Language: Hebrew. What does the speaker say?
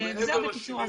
וזה בקיצור,